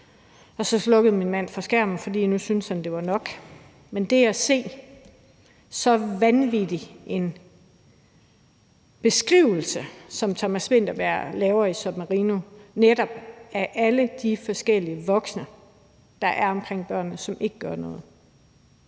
Så slukkede min mand for skærmen, for så syntes han, det var nok. Men det at se så vanvittig en beskrivelse, som Thomas Vinterberg laver i »Submarino« af netop alle de forskellige voksne, der er omkring børnene, som ikke gør noget,